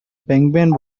penguin